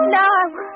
Now